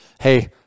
Hey